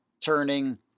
turning